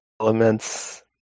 Elements